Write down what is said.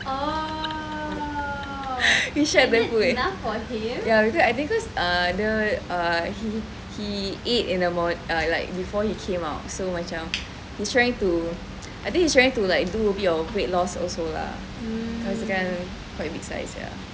we shared the food because err the err he he ate in the morning like before he came out so macam he's trying to I think he's trying to like do a bit of weight loss also lah cause he quite big size ya